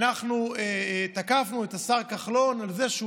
אנחנו תקפנו את השר כחלון על זה שהוא